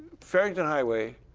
farrington highway,